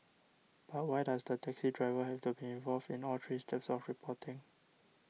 but why does the taxi driver have to be involved in all three steps of reporting